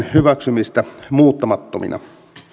hyväksymistä muuttamattomina